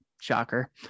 Shocker